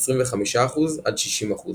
25%–60%